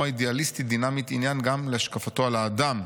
האידיאליסטית-דינמית עניין גם להשקפתו על האדם.